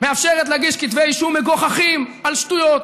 מאפשרת להגיש כתבי אישום מגוחכים, על שטויות.